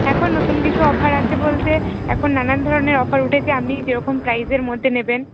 এখন নতুন কিছু অফার আছে বলতে এখন নানান ধরনের অফার উঠেছে আপনি যেরকম প্রাইসের মধ্যে নেবেন